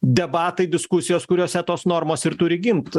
debatai diskusijos kuriose tos normos ir turi gimt